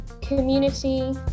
Community